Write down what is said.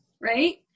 right